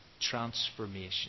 transformation